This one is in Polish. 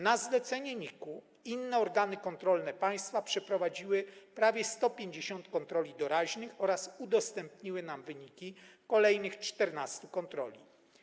Na zlecenie NIK-u inne organy kontrolne państwa przeprowadziły prawie 150 kontroli doraźnych oraz udostępniły nam wyniki kolejnych 14 kontroli.